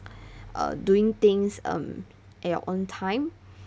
uh doing things um at your own time